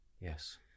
yes